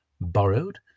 borrowed